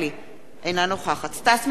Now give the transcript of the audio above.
אינה נוכחת סטס מיסז'ניקוב,